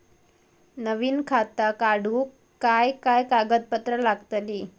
नवीन खाता काढूक काय काय कागदपत्रा लागतली?